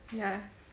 ya